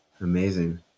Amazing